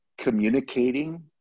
communicating